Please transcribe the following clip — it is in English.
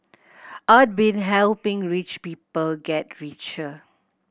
I'd been helping rich people get richer